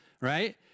right